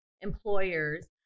employers